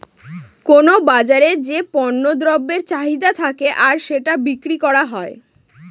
কোনো বাজারে যে পণ্য দ্রব্যের চাহিদা থাকে আর সেটা বিক্রি করা হয়